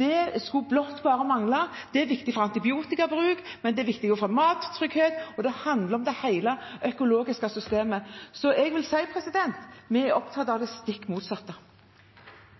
Det skulle blott mangle. Det er viktig for antibiotikabruk, men det er viktig også for mattrygghet, og det handler om hele det økologiske systemet. Så jeg vil si at vi er opptatt av det stikk motsatte.